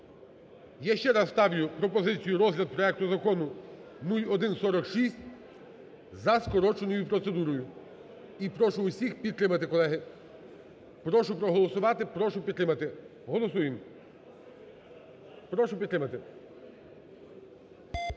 Я ще раз ставлю пропозицію розгляд проекту Закону 0146 за скороченою процедурою, і прошу усіх підтримати, колеги. Прошу проголосувати. Прошу підтримати. Голосуєм. Прошу підтримати.